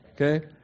Okay